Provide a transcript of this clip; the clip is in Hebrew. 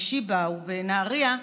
בשיבא ובנהריה,